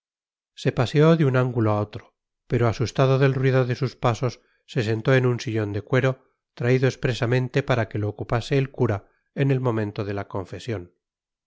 se paseó de un ángulo a otro pero asustado del ruido de sus pasos se sentó en un sillón de cuero traído expresamente para que lo ocupase el cura en el momento de la confesión